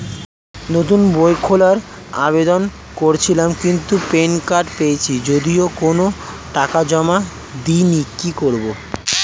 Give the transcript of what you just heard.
নতুন বই খোলার আবেদন করেছিলাম কিন্তু প্যান কার্ড পেয়েছি যদিও কোনো টাকা জমা দিইনি কি করব?